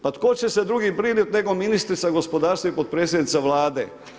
Pa tko će se drugi brinuti nego ministrica gospodarstva i potpredsjednica Vlade?